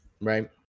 Right